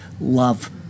love